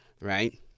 right